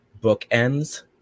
bookends